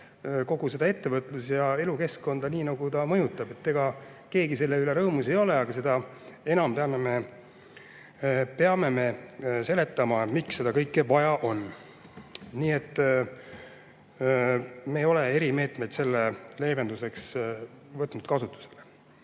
kogu ettevõtlus‑ ja elukeskkonda nii, nagu ta mõjutab. Ega keegi selle üle rõõmus ei ole, aga seda enam peame me seletama, miks seda kõike vaja on. Nii et me ei ole selle leevenduseks erimeetmeid kasutusele